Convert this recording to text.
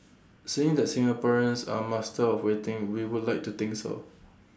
seeing the Singaporeans are master of waiting we would like to think so